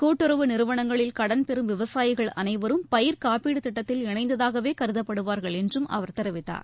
கூட்டுறவு நிறுவனங்களில் கடன் பெறும் விவசாயிகள் அனைவரும் பயிர்க்காப்பீடு திட்டத்தில் இணைந்ததாகவே கருதப்படுவார்கள் என்று அவர் தெரிவித்தார்